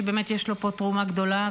שבאמת יש לו פה תרומה גדולה,